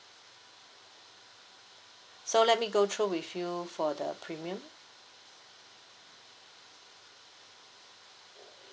so let me go through with you for the premium